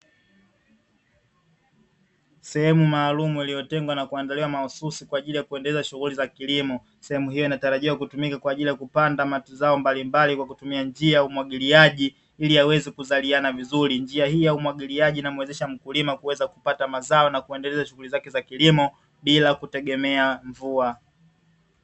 Sehemu maalumu iliyotengwa na kuandaliwa mahususi kwa ajili ya kuendeleza shughuli za kilimo. Sehemu hiyo inatarajiwa kutumika kwa ajili ya kupanda mazao mbalimbali kwa kutumia njia ya umwagiliaji, ili yaweze kuzaliana vizuri. Njia hii ya umwagiliaji inamuwezesha mkulima kuweza kupata mazao na kuendeleza shughuli zake za kilimo, bila kutegemea mvua.